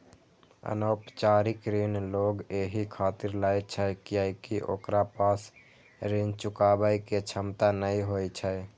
अनौपचारिक ऋण लोग एहि खातिर लै छै कियैकि ओकरा पास ऋण चुकाबै के क्षमता नै होइ छै